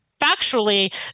factually